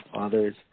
others